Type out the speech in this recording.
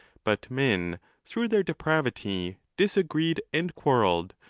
but men through their depravity disagreed and quarrelled,